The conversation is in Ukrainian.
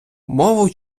мову